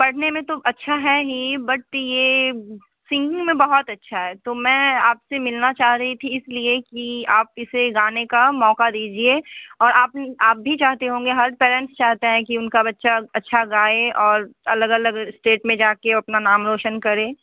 पढ़ने में तो अच्छा है ही बट यह सिंगिंग में बहुत अच्छा है तो मैं आप से मिलना चाह रही थी इसलिए कि आप इसे गाने का मौक़ा दीजिए और आप आप भी चाहते होंगे हर पेरेंट्स चाहता है कि उनका बच्चा अच्छा गाए और अलग अलग स्टेट में जा कर वह अपना नाम रौशन करे